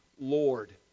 Lord